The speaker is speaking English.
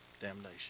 damnation